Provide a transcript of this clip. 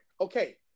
Okay